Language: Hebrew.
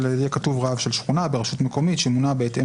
אבל יהיה כתוב: רב של שכונה ברשות מקומית שמונה בהתאם